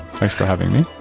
thanks for having me.